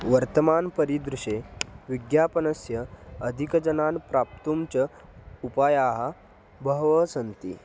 वर्तमाने परिदृश्ये विज्ञापनस्य अधिक जनान् प्राप्तुं च उपायाः बहवः सन्ति